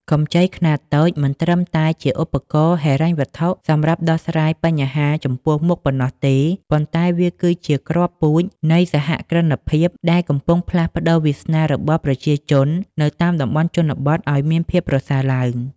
កម្ចីខ្នាតតូចមិនត្រឹមតែជាឧបករណ៍ហិរញ្ញវត្ថុសម្រាប់ដោះស្រាយបញ្ហាចំពោះមុខប៉ុណ្ណោះទេ ប៉ុន្តែវាគឺជាគ្រាប់ពូជនៃសហគ្រិនភាពដែលកំពុងផ្លាស់ប្តូរវាសនារបស់ប្រជាជននៅតាមតំបន់ជនបទឱ្យមានភាពប្រសើរឡើង។